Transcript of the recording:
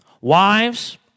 Wives